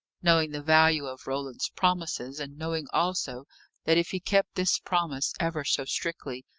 knowing the value of roland's promises, and knowing also that if he kept this promise ever so strictly,